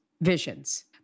visions